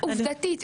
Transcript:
עובדתית,